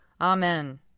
Amen